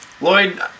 Lloyd